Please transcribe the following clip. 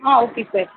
ah okay sir